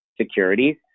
securities